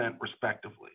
respectively